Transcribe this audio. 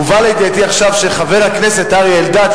הובא לידיעתי עכשיו שחבר הכנסת אריה אלדד,